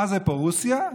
מה זה פה, רוסיה?